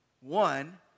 One